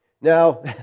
Now